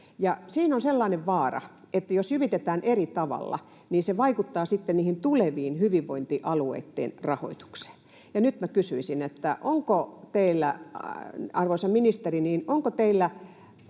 siinä on sellainen vaara, että jos jyvitetään eri tavalla, se vaikuttaa sitten niiden tulevien hyvinvointialueiden rahoitukseen. Ja nyt minä kysyisin: onko teillä, arvoisa ministeri,